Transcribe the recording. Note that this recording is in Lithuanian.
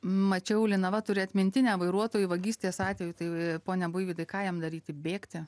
mačiau linava turi atmintinę vairuotojui vagystės atveju tai pone buivydai ką jam daryti bėgti